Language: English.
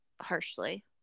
harshly